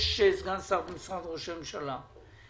יש סגן שר במשרד ראש הממשלה,